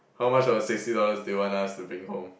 how much of the sixty dollars do you want us to bring home